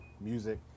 music